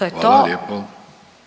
lijepo/….